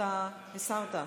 אתה הסרת,